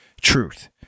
truth